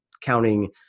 counting